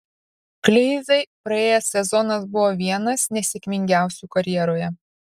kleizai praėjęs sezonas buvo vienas nesėkmingiausių karjeroje